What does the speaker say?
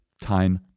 Time